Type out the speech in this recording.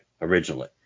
originally